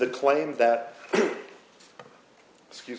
the claim that excuse